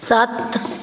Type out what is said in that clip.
ਸੱਤ